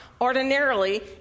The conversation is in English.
ordinarily